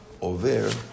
over